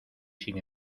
sin